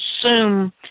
assume